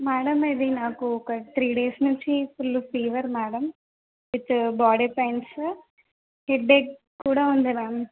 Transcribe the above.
madam ఇది నాకు ఒక త్రీ డేస్ నుంచి full fever madam with body pains headache కూడా ఉంది మ్యామ్